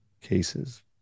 cases